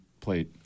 plate